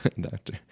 doctor